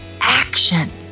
action